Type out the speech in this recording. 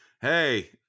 hey